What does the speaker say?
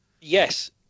Yes